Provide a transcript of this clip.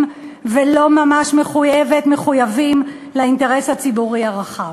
ולא ממש מחויבת לאינטרס הציבורי הרחב.